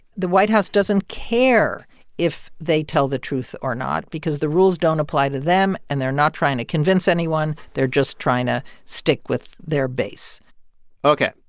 the white house doesn't care if they tell the truth or not because the rules don't apply to them. and they're not trying to convince anyone. they're just trying to stick with their base ok.